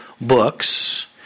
books